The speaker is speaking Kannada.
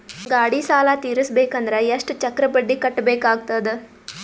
ಗಾಡಿ ಸಾಲ ತಿರಸಬೇಕಂದರ ಎಷ್ಟ ಚಕ್ರ ಬಡ್ಡಿ ಕಟ್ಟಬೇಕಾಗತದ?